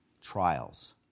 trials